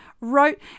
wrote